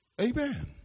Amen